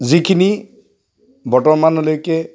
যিখিনি বৰ্তমানলৈকে